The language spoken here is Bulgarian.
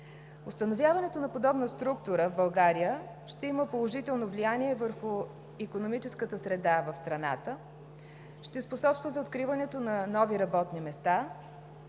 Установяването на подобна структура в България ще има положително влияние върху икономическата среда в страната, ще способства за откриването на нови работни места